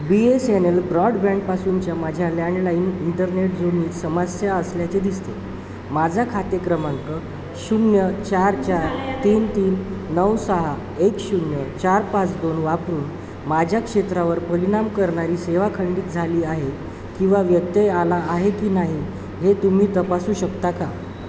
बी S N L ब्रॉडबँडपासूनच्या माझ्या landline internet जुनी समस्या असल्याचे दिसते माझा खाते क्रमांक शून्य चार चार तीन तीन नऊ सहा एक शून्य चार पाच दोन वापरून माझ्या क्षेत्रावर परिणाम करणारी सेवा खंडित झाली आहे किंवा व्यत्यय आला आहे की नाही हे तुम्ही तपासू शकता का